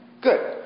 Good